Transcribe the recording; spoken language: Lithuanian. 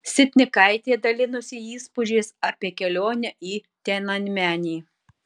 sitnikaitė dalinosi įspūdžiais apie kelionę į tiananmenį